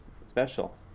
special